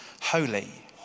Holy